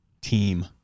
team